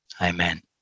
Amen